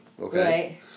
okay